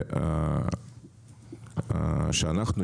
שאנחנו,